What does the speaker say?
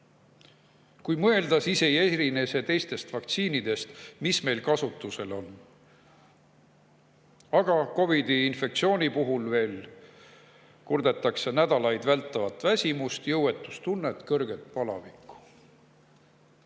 Kui mõelda, siis ei erine see teistest vaktsiinidest, mis meil kasutusel on." Aga COVID‑i infektsiooni puhul veel "kurdetakse nädalaid vältavat väsimust, jõuetustunnet, kõrget palavikku".